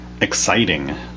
exciting